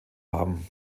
haben